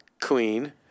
queen